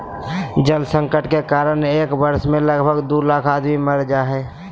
जल संकट के कारण एक वर्ष मे लगभग दू लाख आदमी मर जा हय